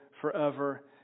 forever